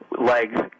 legs